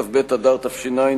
כ"ב באדר התש"ע,